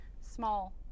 small